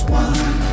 one